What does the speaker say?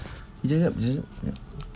eh jap jap jap jap jap